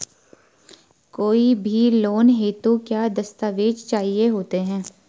कोई भी लोन हेतु क्या दस्तावेज़ चाहिए होते हैं?